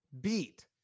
beat